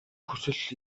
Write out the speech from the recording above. хүсэл